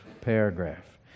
paragraph